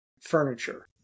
furniture